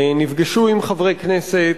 נפגשו עם חברי כנסת.